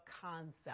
concept